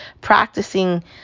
practicing